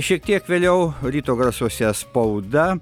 šiek tiek vėliau ryto garsuose spauda